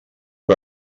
que